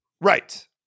right